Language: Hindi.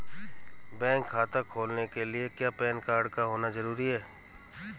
बैंक खाता खोलने के लिए क्या पैन कार्ड का होना ज़रूरी है?